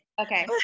Okay